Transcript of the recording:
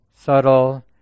subtle